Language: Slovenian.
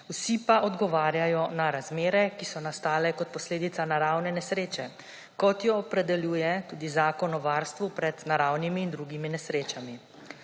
vsi pa odgovarjajo na razmere, ki so nastale kot posledica naravne nesreče, kot jo opredeljuje tudi Zakon o varstvu pred naravnimi in drugimi nesrečami.